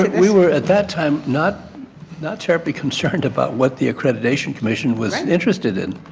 we were at that time not not terribly concerned about what the accreditation commission was interested in.